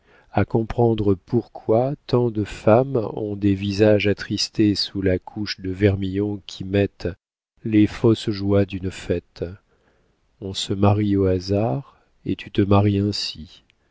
à comprendre pourquoi tant de femmes ont des visages attristés sous la couche de vermillon qu'y mettent les fausses joies d'une fête on se marie au hasard et tu te maries ainsi